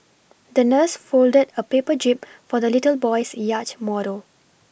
the nurse folded a paper jib for the little boy's yacht model